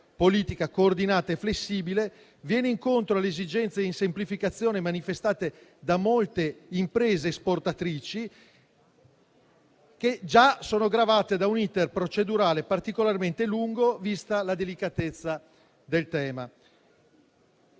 politica coordinata e flessibile; va incontro alle esigenze di semplificazione manifestate da molte imprese esportatrici, che già sono gravate da un *iter* procedurale particolarmente lungo, vista la delicatezza del tema.